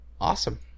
awesome